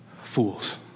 Fools